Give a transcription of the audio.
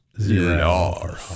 zero